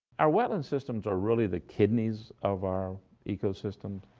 our wetland systems are really the kidneys of our ecosystem.